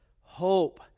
hope